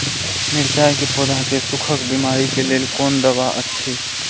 मिरचाई के पौधा के सुखक बिमारी के लेल कोन दवा अछि?